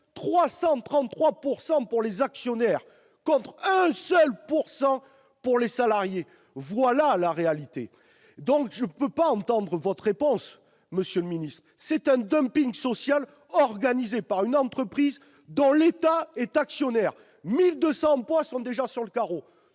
333 % pour les actionnaires, contre 1 % seulement pour les salariés ! Voilà la réalité ! Donc, je ne peux pas admettre votre réponse, monsieur le secrétaire d'État ! C'est un dumping social organisé par une entreprise dont l'État est actionnaire ! Alors que 1 200 emplois sont déjà sur le carreau,